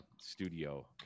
studio